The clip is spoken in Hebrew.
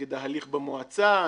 נגד ההליך במועצה,